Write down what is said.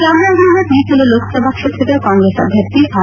ಚಾಮರಾಜನಗರ ಮೀಸಲು ಲೋಕಸಭಾ ಕ್ಷೇತ್ರದ ಕಾಂಗ್ರೆಸ್ ಅಭ್ಯರ್ಥಿ ಆರ್